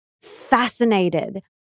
fascinated